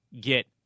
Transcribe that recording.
get